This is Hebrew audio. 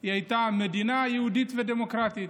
היא הייתה מדינה יהודית ודמוקרטית.